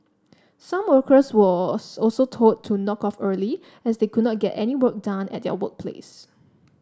some workers were also told to knock off early as they could not get any work done at their workplace